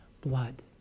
blood